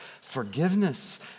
forgiveness